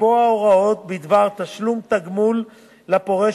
לקבוע הוראות בדבר תשלום תגמול לפורש